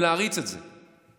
ולהריץ את זה.